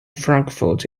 frankfurt